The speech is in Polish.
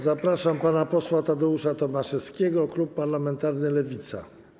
Zapraszam pana posła Tadeusza Tomaszewskiego, klub parlamentarny Lewica.